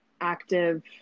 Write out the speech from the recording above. active